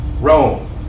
Rome